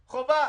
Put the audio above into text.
חובה.